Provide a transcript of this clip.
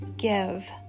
Give